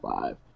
five